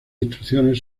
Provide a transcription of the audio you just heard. instrucciones